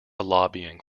lobbying